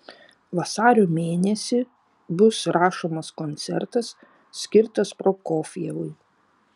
vasario mėnesį bus rašomas koncertas skirtas prokofjevui